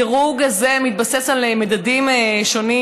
הדירוג הזה מתבסס על מדדים שונים,